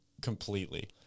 completely